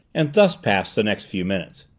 and thus passed the next few moments.